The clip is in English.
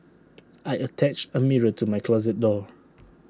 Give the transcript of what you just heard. I attached A mirror to my closet door